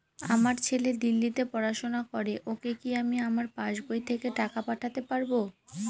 আমার ছেলে দিল্লীতে পড়াশোনা করে ওকে কি আমি আমার পাসবই থেকে টাকা পাঠাতে পারব?